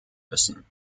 müssen